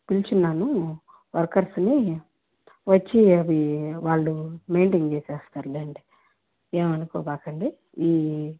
పిల్చున్నాను వర్కర్స్ని వచ్చి అది వాళ్ళు మెయిన్టైన్ చేసెస్తారులేండి ఏమి అనుకోకండి ఈ